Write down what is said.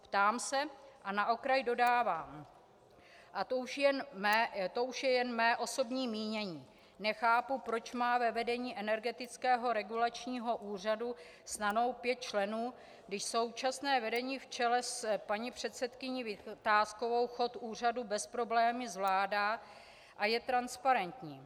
Ptám se a na okraj dodávám a to už je jen mé osobní mínění: Nechápu, proč má ve vedení Energetického regulačního úřadu stanout pět členů, když současné vedení v čele s paní předsedkyní Vitáskovou chod úřadu bez problémů zvládá a je transparentní.